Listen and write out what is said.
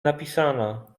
napisana